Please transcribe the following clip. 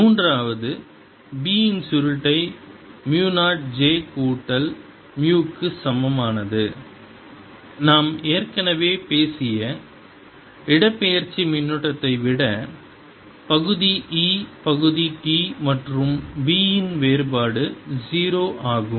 மூன்றாவது B இன் சுருட்டை மு 0 j கூட்டல் மு க்கு சமமானது நாம் ஏற்கனவே பேசிய இடப்பெயர்ச்சி மின்னோட்டத்தை விட பகுதி E பகுதி t மற்றும் B இன் வேறுபாடு 0 ஆகும்